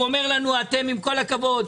הוא אומר לנו: עם כל הכבוד,